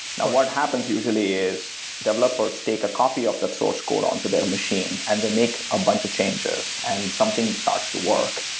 now, what happens usually is developers take a copy of that source code on to their machine and they make a bunch of changes and something starts to work.